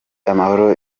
amahoro